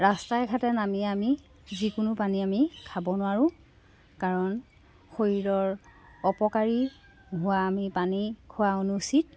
ৰাস্তাই ঘাটে নামি আমি যিকোনো পানী আমি খাব নোৱাৰোঁ কাৰণ শৰীৰৰ অপকাৰী হোৱা আমি পানী খোৱা অনুচিত